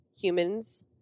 humans